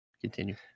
Continue